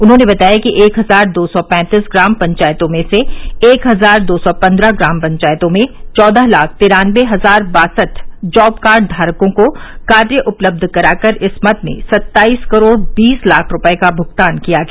उन्होंने बताया कि एक हजार दो सौ पैंतीस ग्राम पंचायतों में से एक हजार दो सौ पन्द्रह ग्राम पंचायतों में चौदह लाख तिरानबे हजार बासठ जॉबकार्ड धारकों को कार्य उपलब्ध कराकर इस मद में सत्ताईस करोड़ बीस लाख रूपये का भुगतान किया गया